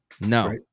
No